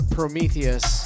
Prometheus